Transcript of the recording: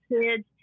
kids